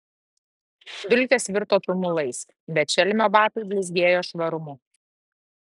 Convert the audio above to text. dulkės virto tumulais bet šelmio batai blizgėjo švarumu